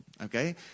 Okay